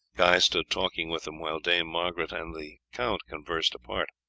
guy stood talking with them while dame margaret and the count conversed apart.